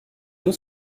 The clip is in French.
nous